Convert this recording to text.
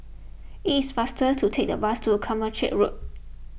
it is faster to take the bus to Carmichael Road